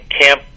camp